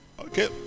Okay